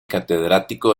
catedrático